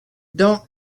don’t